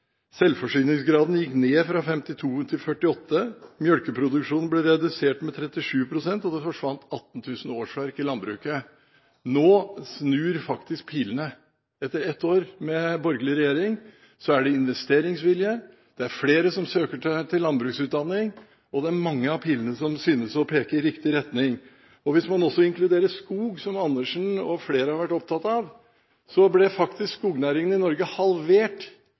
Selvforsyningsgraden gikk ned fra 52 pst. til 48 pst. Melkeproduksjonen ble redusert med 37 pst., og det forsvant 18 000 årsverk i landbruket. Nå snur faktisk pilene. Etter ett år med borgerlig regjering er det investeringsvilje, det er flere som søker til landbruksutdanning, og det er mange av pilene som synes å peke i riktig retning. Hvis man også inkluderer skog, som Dag Terje Andersen og flere har vært opptatt av, ble faktisk skognæringen i Norge halvert.